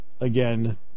again